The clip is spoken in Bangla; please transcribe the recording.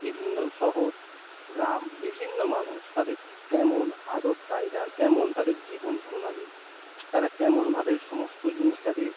বিভিন্ন শহর গ্রাম বিভিন্ন মানুষ তাদের কেমন আদব কায়দা কেমন তাদের জীবন প্রণালী তারা কেমনভাবে সমস্ত জিনিসটাকে